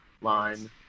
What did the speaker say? line